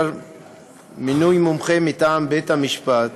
מינוי מומחה מטעם בית-המשפט),